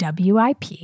WIP